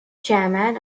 chairman